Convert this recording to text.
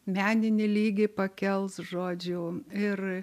meninį lygį pakels žodžiu ir